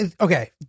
okay